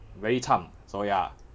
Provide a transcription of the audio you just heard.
very cham so ya